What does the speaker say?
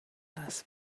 las